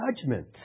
judgment